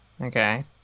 okay